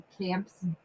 camps